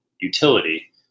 utility